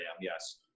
yes